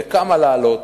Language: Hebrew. בכמה להעלות.